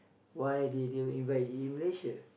why did you invest in Malaysia